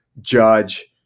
judge